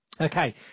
okay